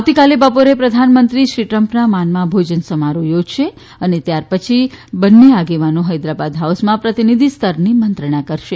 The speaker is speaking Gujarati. આવતીકાલે બપોરે પ્રધાનમંત્રી શ્રી ટ્રમ્પના માનમાં ભોજન સમારોહ યોજશે અને ત્યારપછી બંને આગેવાનો હૈદરાબાદ હાઉસમાં પ્રતિનિધિસ્તરની મંત્રણા કરશે